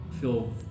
feel